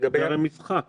זה הרי משחק